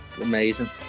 amazing